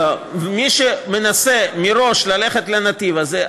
מי שמנסה מראש ללכת לנתיב הזה,